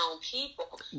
people